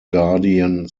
guardian